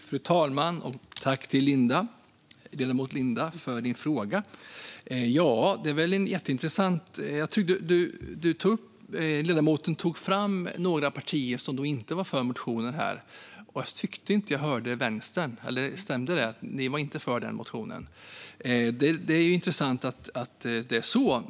Fru talman! Jag tackar ledamoten Linda W Snecker för frågan. Ledamoten nämnde några partier som inte var för motionen. Och jag hörde inte att hon sa att Vänstern var för motionen. Stämmer det att ni inte var för denna motion? Det är intressant att det är så.